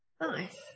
Nice